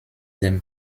dem